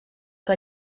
que